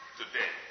today